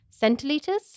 centiliters